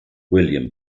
william